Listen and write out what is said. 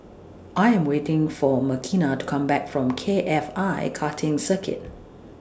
I Am waiting For Makena to Come Back from K F I Karting Circuit